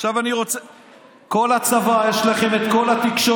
כל הצבא, יש לכם את כל התקשורת.